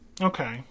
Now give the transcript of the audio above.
Okay